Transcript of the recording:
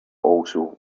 also